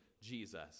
jesus